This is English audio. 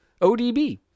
ODB